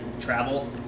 travel